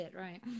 right